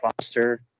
Foster